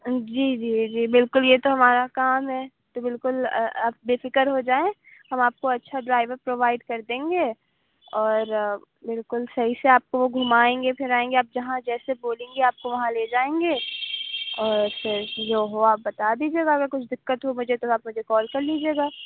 جی جی جی بالکل یہ تو ہمارا کام ہے تو بالکل آپ بے فکر ہو جائیں ہم آپ کو اچھا ڈرائیور پروائڈ کر دیں گے اور بالکل صحیح سے آپ کو وہ گھمائیں گے پھرائیں گے آپ جہاں جیسے بولیں گی آپ کو وہاں لے جائیں گے اور سر جو ہو آپ بتا دیجیے گا اگر کچھ دقت ہو مجھے تو آپ مجھے کال کر لیجیے گا